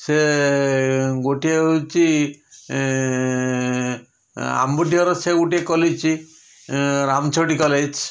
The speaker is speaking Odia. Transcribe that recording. ସେ ଗୋଟିଏ ହେଉଛି ଅଁ ଆମ୍ବୁଢିଆର ସେ ଗୋଟେ ଖୋଲିଛି ଏଁ ରାମଚଣ୍ଡୀ କଲେଜ୍